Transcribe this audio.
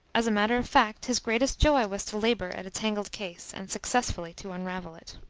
as a matter of fact, his greatest joy was to labour at a tangled case, and successfully to unravel it.